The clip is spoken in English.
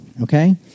okay